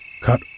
Cut